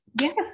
Yes